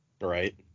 Right